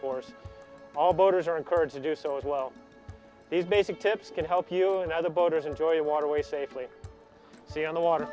course all boaters are encouraged to do so as well basic tips can help you and other boaters enjoy a waterway safely say on the water